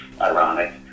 ironic